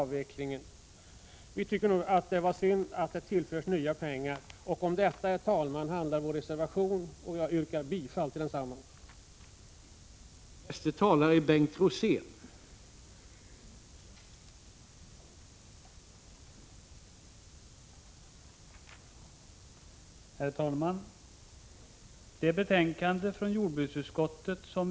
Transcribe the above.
Vi tycker att det var synd att det nu tillförs nya pengar till subventioneringen. Om detta handlar vår reservation. Jag yrkar bifall till den reservationen.